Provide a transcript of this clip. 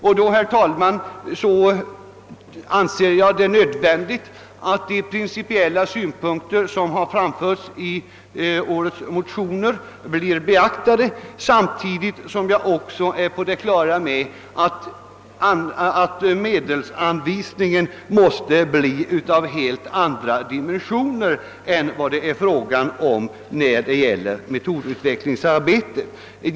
Och då, herr talman, anser jag det nödvändigt att de principiella synpunkter som framförts i årets motioner blir beaktade. Samtidigt är jag på det klara med att medelsanvisningen i så fall måste bli av helt andra dimensioner än det är fråga om för metodutvecklingsarbetet.